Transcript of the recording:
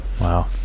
Wow